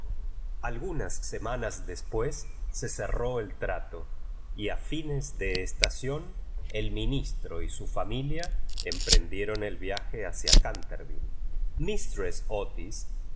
gruiins semanas después se cerró él trato y a fines de estación el ministro y su fnmilis emprendieron el viaje hacia cantervi i je mislress otis